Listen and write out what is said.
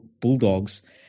Bulldogs